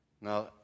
Now